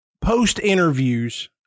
post-interviews